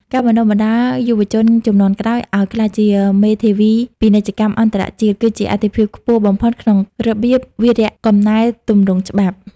ការបណ្ដុះបណ្ដាលយុវជនជំនាន់ក្រោយឱ្យក្លាយជាមេធាវីពាណិជ្ជកម្មអន្តរជាតិ គឺជាអាទិភាពខ្ពស់បំផុតក្នុងរបៀបវារៈកំណែទម្រង់ច្បាប់។